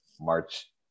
March